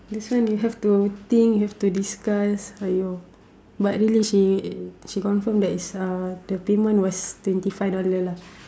this one you have to think you have to discuss !aiyo! but really she she confirm that is uh the payment was twenty five dollar lah